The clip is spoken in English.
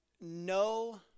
no